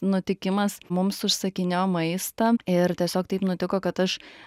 nutikimas mums užsakinėjo maistą ir tiesiog taip nutiko kad aš